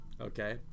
Okay